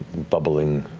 bubbling,